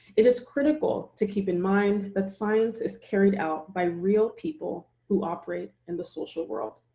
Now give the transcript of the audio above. it is critical to keep in mind that science is carried out by real people who operate in the social world.